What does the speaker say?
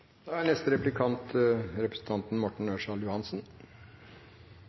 Da har representanten Morten Ørsal Johansen